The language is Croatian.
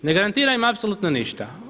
Ne garantira im apsolutno ništa.